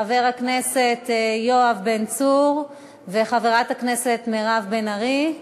חבר הכנסת יואב בן צור וחברת הכנסת מירב בן ארי.